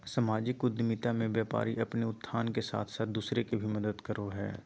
सामाजिक उद्द्मिता मे व्यापारी अपने उत्थान के साथ साथ दूसर के भी मदद करो हय